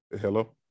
Hello